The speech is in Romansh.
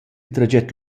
traget